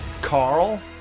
Carl